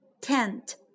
tent